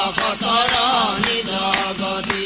ah da da da da da da